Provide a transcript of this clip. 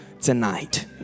tonight